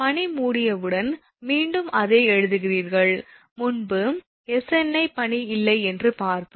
பனி மூடியவுடன் மீண்டும் அதே எழுதுகிறீர்கள் முன்பு 𝑆𝑛𝑖 பனி இல்லை என்று பார்த்தோம்